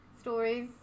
stories